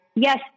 Yes